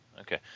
Okay